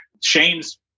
Shane's